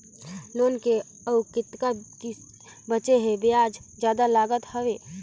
Loan के अउ कतका किस्त बांचें हे? ब्याज जादा लागत हवय,